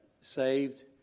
saved